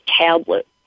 tablet